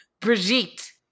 Brigitte